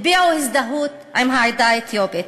הביעו הזדהות עם העדה האתיופית.